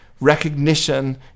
Recognition